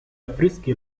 affreschi